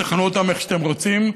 תכנו אותם איך שאתם רוצים,